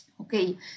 Okay